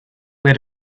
let